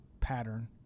pattern